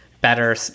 better